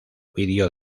ovidio